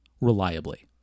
reliably